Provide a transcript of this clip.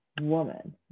woman